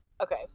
okay